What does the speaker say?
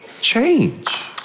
change